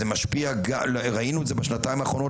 ראינו בשנתיים האחרונות,